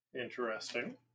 Interesting